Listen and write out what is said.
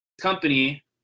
company